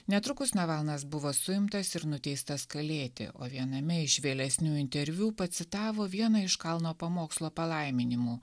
netrukus navalnas buvo suimtas ir nuteistas kalėti o viename iš vėlesnių interviu pacitavo vieną iš kalno pamokslo palaiminimų